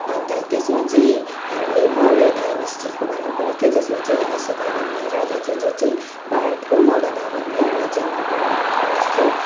अन्त त्यसमा चाहिँ हामीले मौर्य डाइनेस्टीको बारेमा पढेका थियोँ जसमा चाहिँ अशोका भन्ने राजा थियो जो चाहिँ भारतको मगध भन्ने राज्यमा परे बस्थ्यो